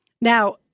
Now